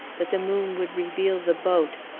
that the moon would reveal the boat.